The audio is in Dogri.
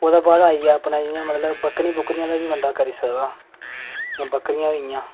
ओह्दे बाद आइया मतलब जि'यां बक्करी दा बी करी सकदा ऐ जि'यां बक्करियां होइयां